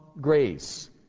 grace